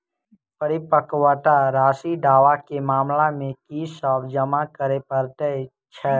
परिपक्वता राशि दावा केँ मामला मे की सब जमा करै पड़तै छैक?